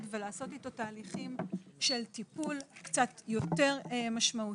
לעשות איתו תהליכים של טיפול קצת יותר משמעותי.